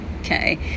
okay